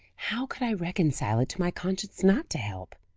how could i reconcile it to my conscience not to help?